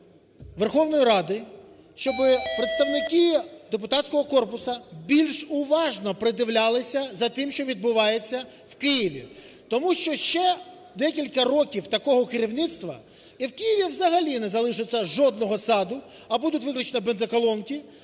Верховної Ради, щоб представники депутатського корпусу більш уважно придивлялися за тим, що відбувається у Києві. Тому що ще декілька років такого керівництва і в Києві взагалі не залишиться жодного саду, а будуть виключно бензоколонки,